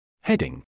Heading